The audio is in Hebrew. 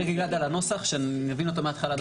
הנוסח כך שנבין אותו מהתחלה ועד הסוף?